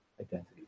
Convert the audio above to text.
identity